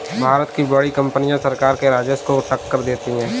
भारत की बड़ी कंपनियां सरकार के राजस्व को टक्कर देती हैं